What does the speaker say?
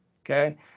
okay